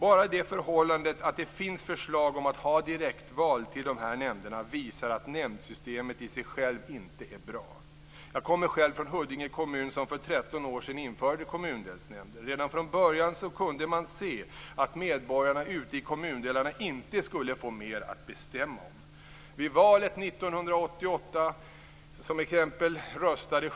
Bara det förhållandet att det finns förslag om att ha direktval till de här nämnderna visar att nämndsystemet i sig självt inte är bra. Jag kommer själv från Huddinge kommun som för 13 år sedan införde kommundelsnämnder. Redan från början kunde man se att medborgarna ute i kommundelarna inte skulle få mer att bestämma om.